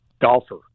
golfer